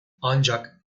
ancak